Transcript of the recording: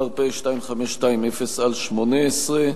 פ/2520/18.